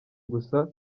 gusa